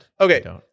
Okay